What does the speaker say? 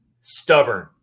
stubborn